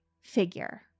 figure